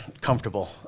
comfortable